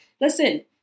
Listen